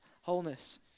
wholeness